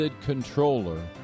controller